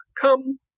come